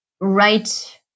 right